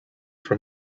from